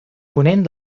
ponent